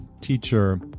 teacher